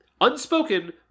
unspoken